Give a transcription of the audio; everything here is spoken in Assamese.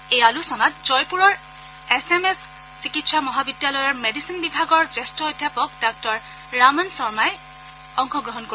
এই আলোচনাত জয়পুৰৰ এছ এম এছ চিকিৎসা মহাবিদ্যালয়ৰ মেডিচিন বিভাগৰ জ্যেষ্ঠ অধ্যাপক ডাক্তৰ ৰামন শৰ্মহি অংশগ্ৰহণ কৰিব